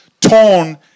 torn